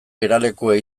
geralekua